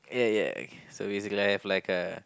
ya ya so basically I have like a